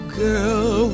girl